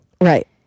right